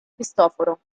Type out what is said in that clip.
cristoforo